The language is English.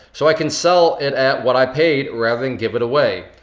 so i can sell it at what i paid rather than give it away.